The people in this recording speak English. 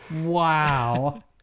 wow